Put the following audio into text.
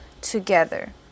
together